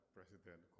President